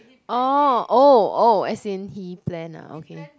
oh oh oh as in he plan lah okay